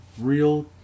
real